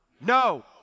No